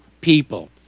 people